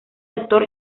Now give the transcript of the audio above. doctor